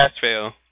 fail